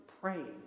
praying